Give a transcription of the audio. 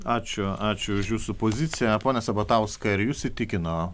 ačiū ačiū už jūsų poziciją pone sabatauskai ar jus įtikino